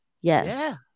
Yes